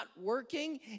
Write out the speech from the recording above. working